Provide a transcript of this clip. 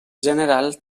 general